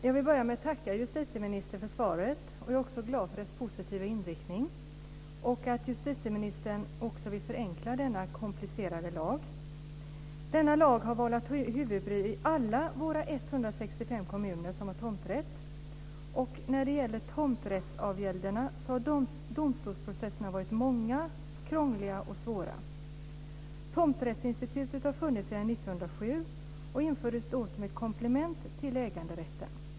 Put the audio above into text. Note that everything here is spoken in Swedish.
Fru talman! Jag vill tacka justitieministern för svaret. Jag är glad för dess positiva inriktning och att justitieministern också vill förenkla denna komplicerade lag. Denna lag har vållat huvudbry i alla våra 165 kommuner som har tomträtt, och när det gäller tomträttsavgälderna har domstolsprocesserna varit många, krångliga och svåra. Tomträttsinstitutet har funnits sedan 1907 och infördes då som ett komplement till äganderätten.